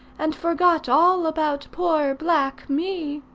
and forgot all about poor black me.